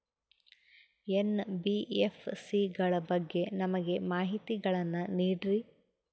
NBFC ಗಳ ಬಗ್ಗೆ ನಮಗೆ ಮಾಹಿತಿಗಳನ್ನ ನೀಡ್ರಿ?